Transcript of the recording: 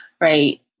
right